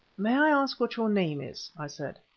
may i ask what your name is? i said.